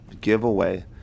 giveaway